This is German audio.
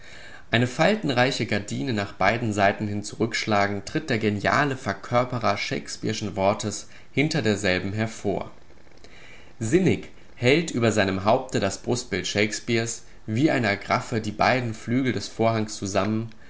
eine faltenreiche gardine nach beiden seiten hin zurückschlagend tritt der geniale verkörperer shakespeareschen wortes hinter derselben hervor sinnig hält über seinem haupte das brustbild shakespeares wie eine agraffe die beiden flügel des vorhangs zusammen